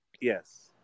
yes